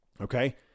Okay